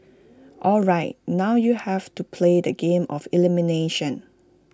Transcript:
alright now you have to play the game of elimination